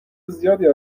زیادی